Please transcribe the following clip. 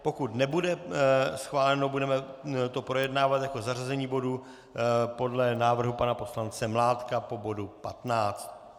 Pokud nebude schváleno, budeme to projednávat jako zařazení bodu podle návrhu pana poslance Mládka po bodu 15.